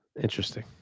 Interesting